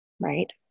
right